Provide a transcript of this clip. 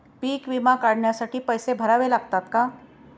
पीक विमा काढण्यासाठी पैसे भरावे लागतात का?